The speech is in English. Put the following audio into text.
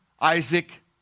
Isaac